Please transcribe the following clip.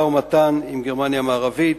עם גרמניה המערבית,